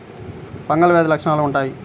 Fungal వ్యాధి లక్షనాలు ఎలా వుంటాయి?